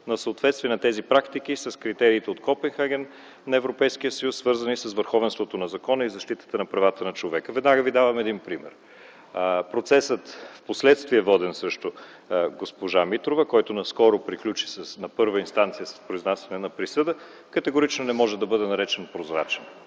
на съответствие на тези практики с критериите от Копенхаген на Европейския съюз, свързани с върховенството на закона и защита на правата на човека. Веднага ви давам един пример. В процеса, воден впоследствие срещу госпожа Митрова, който наскоро приключи на първа инстанция с произнасяне на присъда, категорично не може да бъде наречен прозрачен.